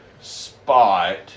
spot